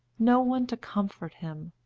no one to comfort him.